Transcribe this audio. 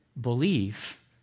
belief